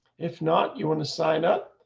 if not, you want to sign up.